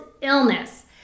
illness